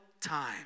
time